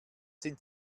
sind